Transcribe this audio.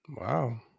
wow